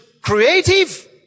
creative